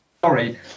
sorry